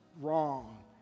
wrong